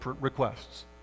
requests